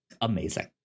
Amazing